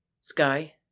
Sky